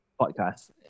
podcast